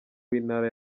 w’intara